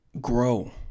Grow